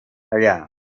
allà